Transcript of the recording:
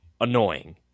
annoying